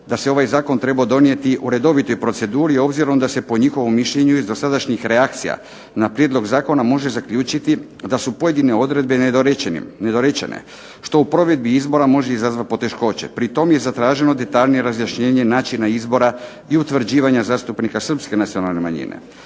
da se ovaj zakon trebao donijeti u redovitoj proceduri obzirom da se po njihovom mišljenju iz dosadašnjih reakcija na prijedlog zakona može zaključiti da su pojedine odredbe nedorečene što u provedbi izbora može dovesti do poteškoća. Pri tome je zatraženo detaljnije razrješenje načina izbora i utvrđivanja zastupnika Srpske nacionalne manjine.